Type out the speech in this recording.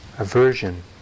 aversion